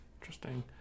Interesting